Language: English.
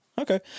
Okay